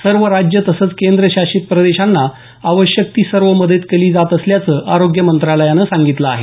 सर्व राज्यं तसंच केंद्रशासित प्रदेशांना आवश्यक ती सर्व मदत केली जात असल्याचं आरोग्य मंत्रालयानं सांगितलं आहे